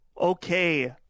Okay